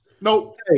Nope